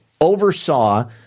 oversaw